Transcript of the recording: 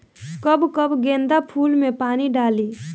कब कब गेंदा फुल में पानी डाली?